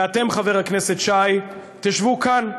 ואתם, חבר הכנסת שי, תשבו כאן,